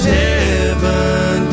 heaven